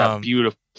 beautiful